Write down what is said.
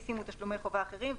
מיסים או תשלומי חובה אחרים,